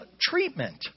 treatment